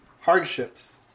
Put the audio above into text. hardships